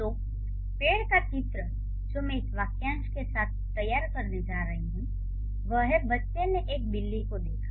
तो पेड़ का चित्र जो मैं इस वाक्यांश के साथ तैयार करने जा रहा हूं वह है "बच्चे ने एक बिल्ली को देखा"